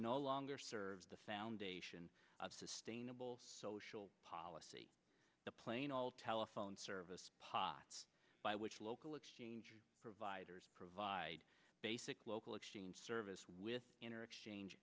no longer serves the foundation of sustainable social policy plain ol telephone service pots by which local exchange providers provide basic local exchange service with inner exchange